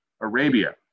Arabia